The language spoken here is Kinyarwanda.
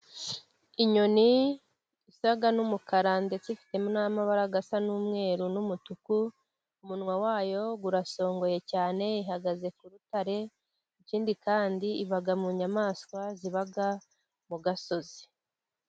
Inyoni isa n'umukara ndetse ifitemo n'amabara asa n'umweru n'umutuku. Umunwa wayo urasongoye cyane ihagaze ku rutare. Ikindi kandi iba mu nyamaswa ziba mu gasozi.